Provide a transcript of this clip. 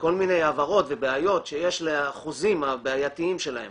כל מיני הבהרות ובעיות שיש לחוזים הבעייתיים שלהם